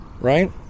right